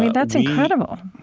that's incredible.